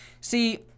See